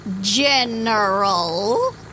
General